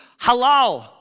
Halal